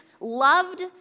loved